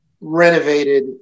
renovated